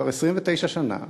כבר 29 שנה